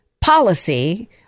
policy